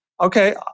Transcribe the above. okay